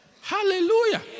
Hallelujah